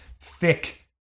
thick